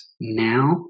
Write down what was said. now